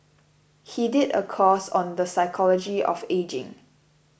he did a course on the psychology of ageing